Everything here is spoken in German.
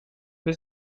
für